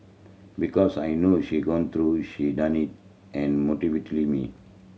because I know she gone through she and motivate me